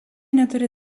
neturi